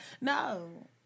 No